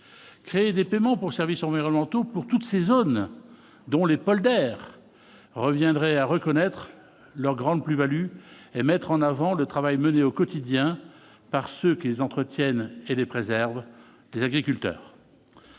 créer des paiements pour services environnementaux pour toutes ces hommes dont les polders reviendrait à reconnaître leur grande plus-Value et mettre en avant le travail mené au quotidien parce qu'entretiennent et les préserve les agriculteurs.